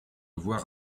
voir